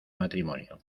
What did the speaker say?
matrimonio